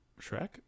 Shrek